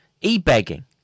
e-begging